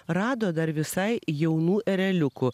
rado dar visai jaunų ereliukų